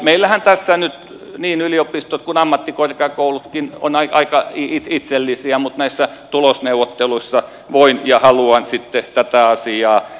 meillähän tässä niin yliopistot kuin ammattikorkeakoulutkin ovat aika itsellisiä mutta näissä tulosneuvotteluissa voin ja haluan tätä asiaa ohjastaa